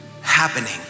happening